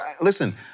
listen